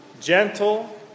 gentle